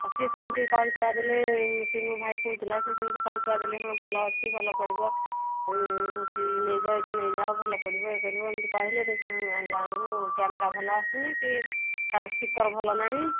ଆ ସିଏ ସେମତି କହିକୁହା ଦେଲେ ସେ ମୋ ଭାଇ କହୁଥିଲା ସେ ସେମତି କହିକୁହା ଦେଲେ ହଁ ଭଲ ଅଛି ଭଲ ପଡ଼ିବ ହେଉଛି ନେଇଯାଅ ଏଇଟା ନେଇଯାଅ ଭଲ ପଡ଼ିବ ଇଏ କରିବ ଏମିତି କହିଲେ ଦେଖିଲା ବେଳକୁ ଆଣିଲା ବେଳକୁ କ୍ୟାମେରା ଭଲ ଆସୁନି କି ତା'ର ସ୍ପିକର୍ ଭଲ ନାହିଁ